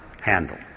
handle